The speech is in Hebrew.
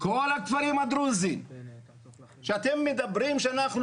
כל הכפרים הדרוזיים שאתם מדברים שאנחנו